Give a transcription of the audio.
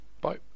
bye